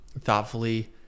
thoughtfully